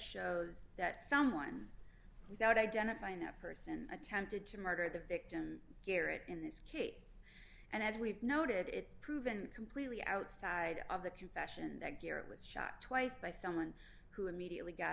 shows that someone without identifying that person attempted to murder the victim garrett in this case and as we've noted it's proven completely outside of the confession that garrett was shot twice by someone who immediately got